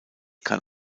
kann